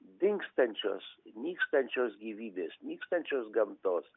dingstančios nykstančios gyvybės nykstančios gamtos